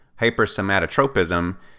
Hypersomatotropism